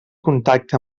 contacte